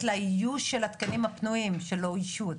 לאיוש של התקנים הפנויים שלא איישו.